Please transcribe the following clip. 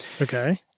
Okay